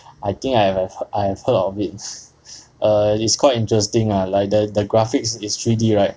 I think I have I have heard of it it's err it's quite interesting ah like the the graphics is three D right